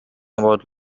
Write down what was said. about